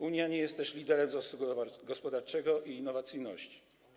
Unia nie jest też liderem wzrostu gospodarczego i innowacyjności.